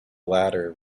ladder